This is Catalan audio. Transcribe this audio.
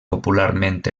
popularment